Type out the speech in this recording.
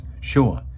Sure